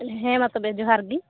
ᱦᱮᱸ ᱢᱟ ᱛᱚᱵᱮ ᱡᱚᱦᱟᱨ ᱜᱮ